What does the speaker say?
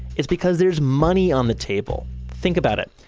it's because there's money on the table. think about it.